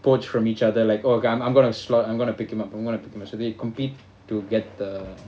poach from each other like oh I'm gonna slot I'm gonna pick him up I'm gonna p~ so they complete to get the